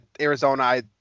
Arizona –